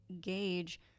gauge